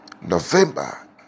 november